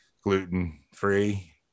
gluten-free